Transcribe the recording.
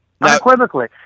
Unequivocally